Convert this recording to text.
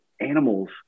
animals